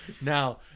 Now